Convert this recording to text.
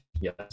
yes